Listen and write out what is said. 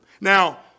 Now